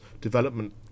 development